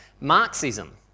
marxism